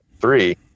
three